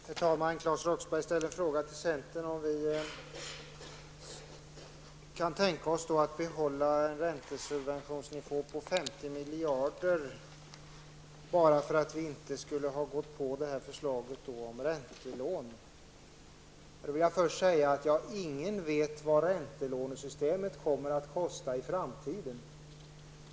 Herr talman! Claes Roxbergh ställde en fråga till centerpartiet om vi kan tänka oss att behålla en räntesubventionsnivå på 50 miljarder, eftersom vi inte har gått med på förslaget om räntelån. Först vill jag säga att ingen vet vad räntelånesystemet kommer att kosta i framtiden.